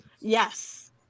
Yes